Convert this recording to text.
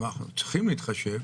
אנחנו צריכים להתחשב